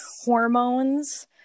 hormones